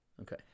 Okay